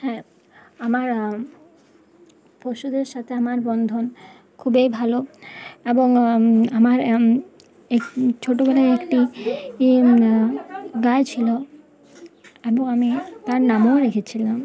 হ্যাঁ আমার পশুদের সাথে আমার বন্ধন খুবই ভালো এবং আমার ছোটোবেলায় একটি গায়ে ছিলো এবং আমি তার নামও রেখেছিলাম